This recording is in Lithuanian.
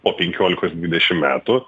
po penkiolikos dvidešim metų